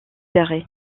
d’arrêt